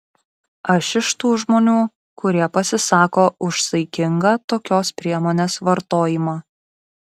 aš iš tų žmonių kurie pasisako už saikingą tokios priemonės vartojimą